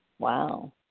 Wow